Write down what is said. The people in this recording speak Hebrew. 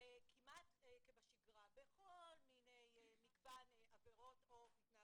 כמעט בשגרה בכל מיני מגוון עבירות והתנהגויות,